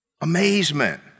Amazement